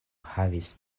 havis